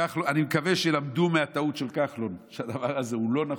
אני מקווה שלמדו מהטעות של כחלון שהדבר הזה לא נכון,